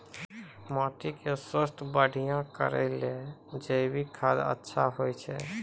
माटी के स्वास्थ्य बढ़िया करै ले जैविक खाद अच्छा होय छै?